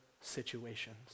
situations